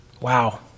Wow